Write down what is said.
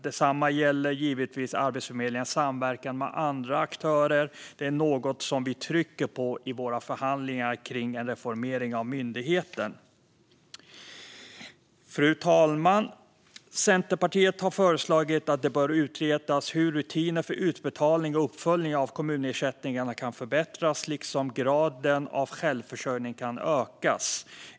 Detsamma gäller givetvis Arbetsförmedlingens samverkan med andra aktörer. Det är något som vi trycker på i våra förhandlingar kring en reformering av myndigheten. Fru talman! Centerpartiet har föreslagit att det ska utredas hur rutinerna för utbetalning och uppföljning av kommunersättningarna kan förbättras, liksom hur graden av självförsörjning kan ökas.